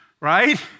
right